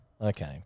Okay